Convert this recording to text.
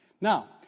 Now